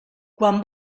quan